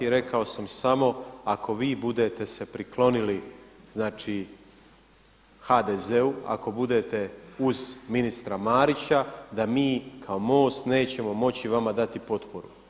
Rekao sam samo ako vi budete se priklonili, znači HDZ-u, ako budete uz ministra Marića da mi kao MOST nećemo moći vama dati potporu.